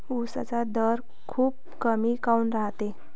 उसाचा दर खूप कमी काऊन रायते?